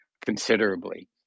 considerably